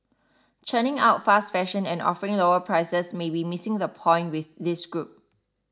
churning out fast fashion and offering lower prices may be missing the point with this group